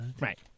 Right